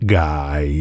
guy